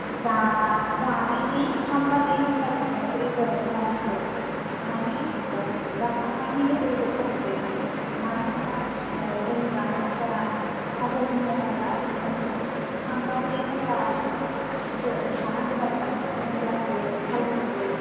जा जानायनि थाम बा नै घण्टानि उनावसो जों खालामनांगौ माने जाखांनायनि लोगो लोगो खालामजाया मानोना जों जानाय आदारा थाब हजम जाया नालाय ओंखायनो थाम बा नै घण्टासो थानांगौ आरोना होमब्लासो खालामनांगौ